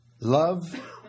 Love